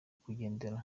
kugenderera